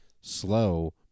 slow